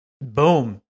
boom